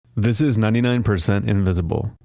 this is ninety nine percent invisible.